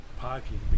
parking